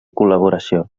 col·laboració